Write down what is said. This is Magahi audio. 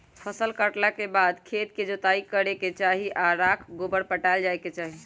फसल काटला के बाद खेत के जोताइ करे के चाही आऽ राख गोबर पटायल जाय के चाही